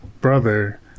brother